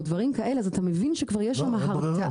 או דברים כאלה, אתה מבין שכבר יש שם הרתעה.